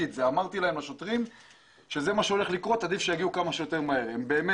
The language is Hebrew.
אמרתי לשוטרים שעדיף שהם יגיעו כמה שיותר כי זה מה שהולך לקרות.